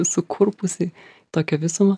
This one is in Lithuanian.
sukurpusi tokią visumą